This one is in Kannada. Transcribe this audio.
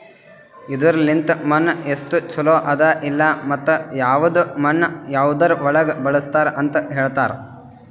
ಇದುರ್ ಲಿಂತ್ ಮಣ್ಣು ಎಸ್ಟು ಛಲೋ ಅದ ಇಲ್ಲಾ ಮತ್ತ ಯವದ್ ಮಣ್ಣ ಯದುರ್ ಒಳಗ್ ಬಳಸ್ತಾರ್ ಅಂತ್ ಹೇಳ್ತಾರ್